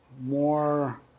more